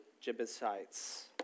Jebusites